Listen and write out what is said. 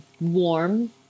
warm